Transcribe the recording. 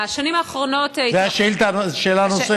בשנים האחרונות, זו שאלה נוספת?